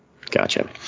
Gotcha